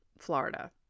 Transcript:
Florida